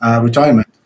retirement